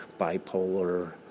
bipolar